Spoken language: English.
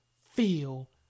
feel